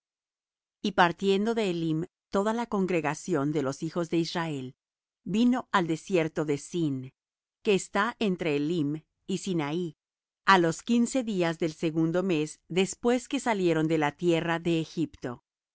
y partiendo de elim toda la congregación de los hijos de israel vino al desierto de sin que está entre elim y sinaí á los quince días del segundo mes después que salieron de la tierra de egipto